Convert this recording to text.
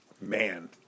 man